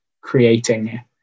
creating